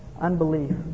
Unbelief